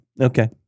Okay